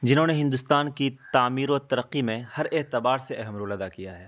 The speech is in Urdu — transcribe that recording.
جنہوں نے ہندوستان کی تعمیر و ترقی میں ہر اعتبار سے اہم رول ادا کیا ہے